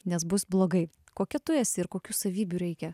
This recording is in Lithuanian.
nes bus blogai kokia tu esi ir kokių savybių reikia